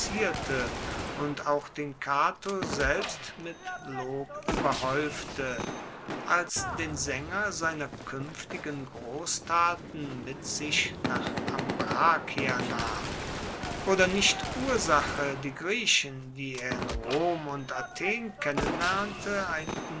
und auch den cato selbst mit lob ueberhaeufte als den saenger seiner kuenftigen grosstaten mit sich nach ambrakia nahm oder nicht ursache die griechen die er in rom und athen kennenlernte ein